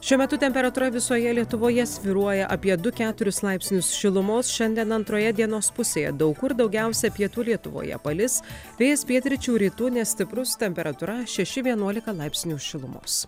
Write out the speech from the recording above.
šiuo metu temperatūra visoje lietuvoje svyruoja apie du keturis laipsnius šilumos šiandien antroje dienos pusėje daug kur daugiausia pietų lietuvoje palis vėjas pietryčių rytų nestiprus temperatūra šeši vienuolika laipsnių šilumos